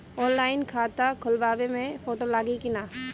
Online खाता खोलबाबे मे फोटो लागि कि ना?